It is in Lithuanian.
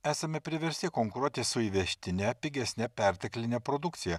esame priversti konkuruoti su įvežtine pigesne pertekline produkcija